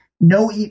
no